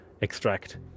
extract